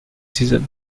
season